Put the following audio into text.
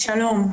שלום.